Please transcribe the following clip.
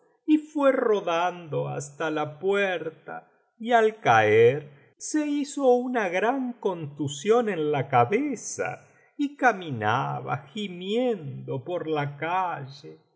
y fué rodando hasta la puerta y al caer se hizo una gran contusión en la cabeza y caminaba gimiendo por la calle